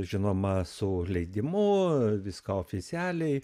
žinoma su leidimu viską oficialiai